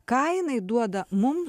ką jinai duoda mum